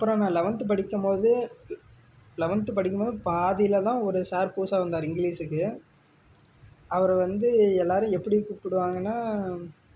அப்புறம் நான் லெவன்த்து படிக்கும்போது லெவன்த்து படிக்கும்போது பாதியில் தான் ஒரு சார் புதுசாக வந்தார் இங்கிலீஷுக்கு அவரை வந்து எல்லோரும் எப்படி கூப்பிடுவாங்கன்னா